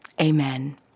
Amen